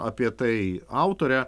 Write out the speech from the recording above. apie tai autorę